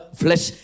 flesh